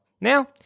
Now